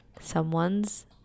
someone's